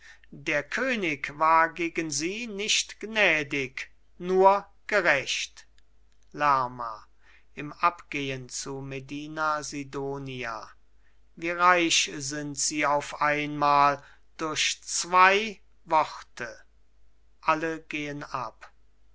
der könig war gegen sie nicht gnädig nur gerecht lerma im abgehen zu medina sidonia wie reich sind sie auf einmal durch zwei worte alle gehen ab